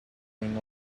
going